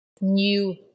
new